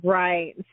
right